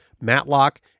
Matlock